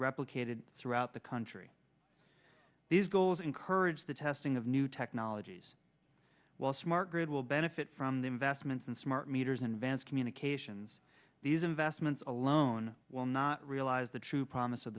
replicated throughout the country these goals encourage the testing of new technologies while smart grid will benefit from the investments and smart meters in vans communications these investments alone will not realize the true promise of